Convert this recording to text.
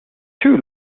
two